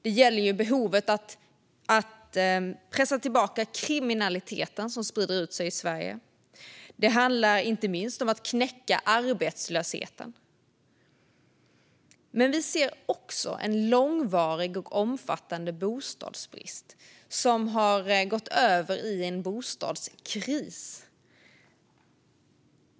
Det gäller behovet av att pressa tillbaka kriminaliteten, som sprider ut sig i Sverige. Det handlar inte minst om att knäcka arbetslösheten. Men vi ser också en långvarig och omfattande bostadsbrist, som har gått över i en bostadskris.